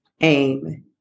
aim